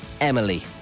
Emily